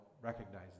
recognize